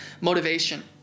motivation